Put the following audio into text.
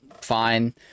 fine